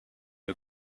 une